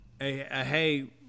hey